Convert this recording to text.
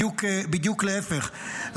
בדיוק להפך,